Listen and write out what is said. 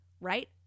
right